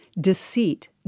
Deceit